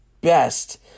best